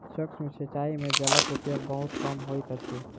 सूक्ष्म सिचाई में जलक उपयोग बहुत कम होइत अछि